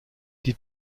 die